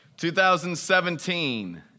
2017